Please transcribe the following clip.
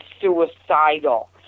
suicidal